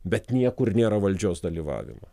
bet niekur nėra valdžios dalyvavimo